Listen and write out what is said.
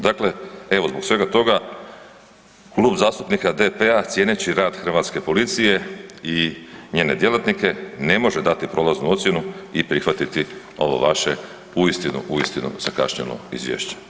Dakle evo zbog svega toga Klub zastupnika DP-a cijeneći rad hrvatske policije i njene djelatnike ne može dati prolaznu ocjenu i prihvatiti ovo vaše uistinu, uistinu zakašnjelo Izvješće.